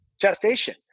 gestation